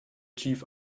chief